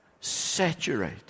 saturate